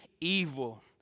evil